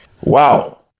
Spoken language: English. Wow